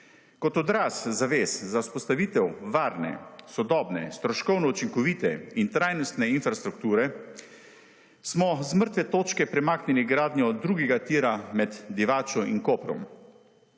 Kot odraz zavez za vzpostavitev varne, sodobne, stroškovno učinkovite in trajnostne infrastrukture, smo z mrtve točke premaknili gradnjo drugega tira med Divačo in Koprom,